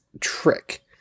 trick